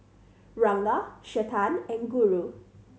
Ranga Chetan and Guru